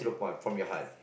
to the point from your heart